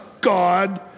God